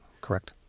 correct